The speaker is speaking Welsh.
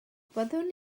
fyddwn